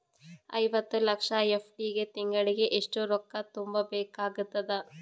ಐವತ್ತು ಲಕ್ಷ ಎಫ್.ಡಿ ಗೆ ತಿಂಗಳಿಗೆ ಎಷ್ಟು ರೊಕ್ಕ ತುಂಬಾ ಬೇಕಾಗತದ?